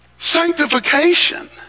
sanctification